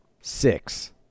Six